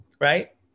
right